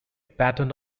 pattern